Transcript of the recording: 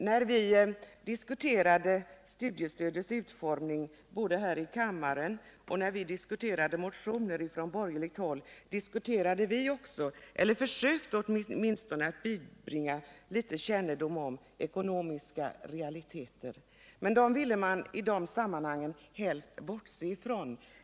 När vi diskuterade studiestödets utformning här i kammaren och när vi diskuterade motioner från borgerligt håll försökte vi åtminstone bibringa litet kännedom om ekonomiska realiteter. Men dem ville man i det sammanhanget helst bortse ifrån.